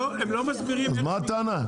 אז מה הטענה?